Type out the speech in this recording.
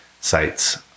sites